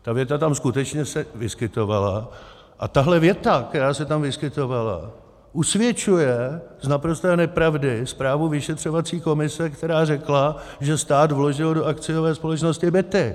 Ta věta se tam skutečně vyskytovala a tahle věta, která se tam vyskytovala, usvědčuje z naprosté nepravdy zprávu vyšetřovací komise, která řekla, že stát vložil do akciové společnosti byty.